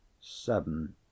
Seven